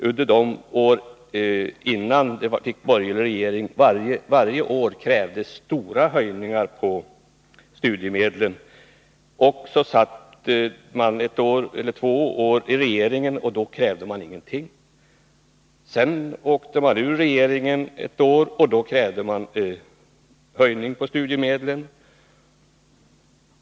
Under åren innan vi fick borgerlig regering krävde ni varje år stora höjningar av studiemedlen. Sedan satt moderaterna ett eller två år i regeringen utan att kräva någonting i den vägen. Därefter åkte de ut ur regeringen ett år, och då krävde de höjning av studiemedlen.